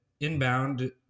inbound